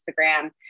Instagram